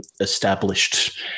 established